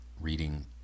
reading